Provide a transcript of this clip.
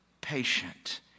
patient